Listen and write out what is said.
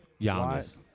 Giannis